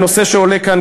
הנושא שעולה כאן,